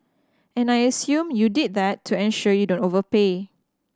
and I assume you did that to ensure you don't overpay